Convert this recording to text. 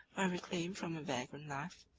were reclaimed from a vagrant life,